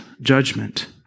judgment